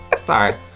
Sorry